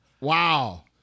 Wow